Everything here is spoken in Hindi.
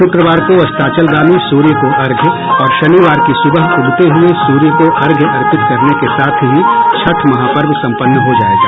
शुक्रवार को अस्ताचलगामी सूर्य को अर्घ्य और शनिवार की सूबह उगते हुये सूर्य को अर्घ्य अर्पित करने के साथ ही छठ महापर्व सम्पन्न हो जायेगा